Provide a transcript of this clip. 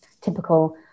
typical